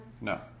No